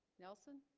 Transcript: nelson